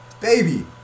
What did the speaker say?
baby